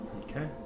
Okay